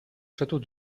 château